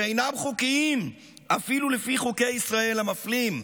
שאינם חוקיים אפילו לפי חוקי ישראל המפלים.